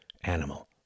animal